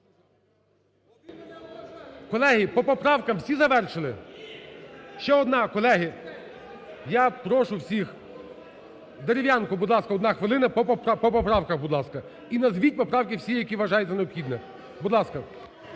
Колеги, по поправкам всі завершили? Ще одна, колеги. Я прошу всіх. Дерев'янко, будь ласка, одна хвилина по поправках, будь ласка. І назвіть поправки всі, які вважаєте необхідні. Будь ласка.